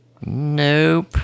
Nope